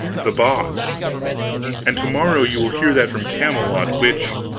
the boss and to-morrow you will hear that from camelot which